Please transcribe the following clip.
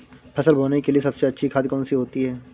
फसल बोने के लिए सबसे अच्छी खाद कौन सी होती है?